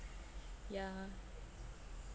yeah